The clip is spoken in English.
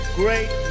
great